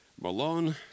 Malone